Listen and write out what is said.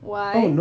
why